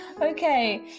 Okay